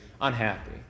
unhappy